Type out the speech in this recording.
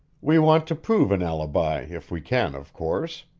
we want to prove an alibi, if we can, of course.